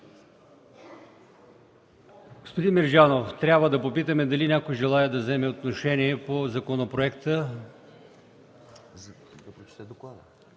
Господин Мерджанов, трябва да попитаме дали някой желае да вземе отношение по законопроекта.